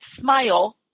Smile